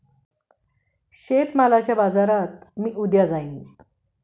शेतमालाच्या बाजारात मी उद्या जाईन